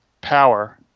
power